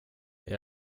jag